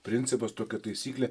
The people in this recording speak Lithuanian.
principas tokia taisyklė